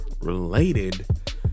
related